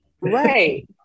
Right